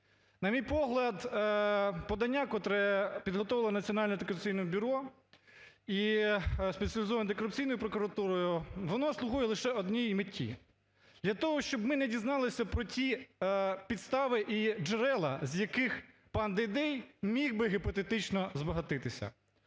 На мій погляд, подання, котре підготовлене Національним антикорупційним бюро і Спеціалізованою антикорупційною прокуратурою, воно слугує лише одній меті, для того, щоб ми не дізналися про ті підстави і джерела, з яких пан Дейдей міг би, гіпотетично, збагатися.